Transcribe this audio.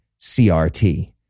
CRT